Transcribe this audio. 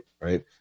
Right